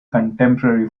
contemporary